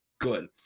good